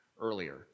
earlier